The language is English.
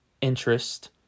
interest